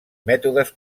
mètodes